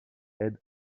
aide